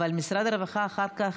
אבל משרד הרווחה אחר כך,